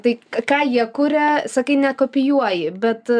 tai ką jie kuria sakai nekopijuoji bet